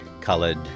coloured